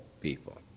people